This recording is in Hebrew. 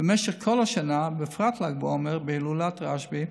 במשך כל השנה, ובפרט בל"ג בעומר, בהילולת רשב"י,